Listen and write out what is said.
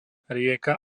rieka